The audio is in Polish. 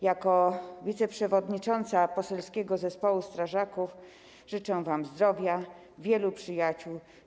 Jako wiceprzewodnicząca Poselskiego Zespołu Strażaków życzę wam zdrowia, wielu przyjaciół.